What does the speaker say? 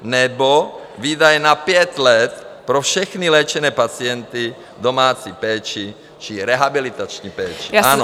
Nebo výdaje na pět let pro všechny léčené pacienty v domácí péči či rehabilitační péči.